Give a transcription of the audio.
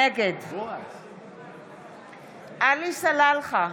נגד עלי סלאלחה,